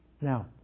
Now